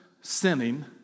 Sinning